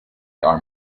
are